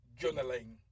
journaling